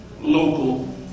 local